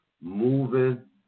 moving